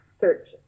search